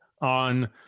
on